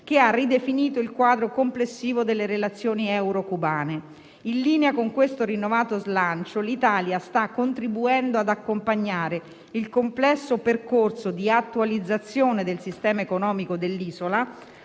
che ha ridefinito il quadro complessivo delle relazioni euro-cubane. In linea con questo rinnovato slancio l'Italia sta contribuendo ad accompagnare il complesso percorso di attualizzazione del sistema economico dell'isola,